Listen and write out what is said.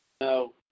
No